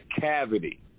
cavity